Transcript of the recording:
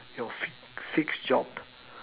your fix fix job